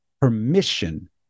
permission